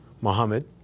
Mohammed